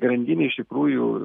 grandinė iš tikrųjų